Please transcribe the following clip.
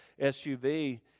SUV